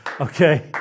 okay